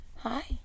Hi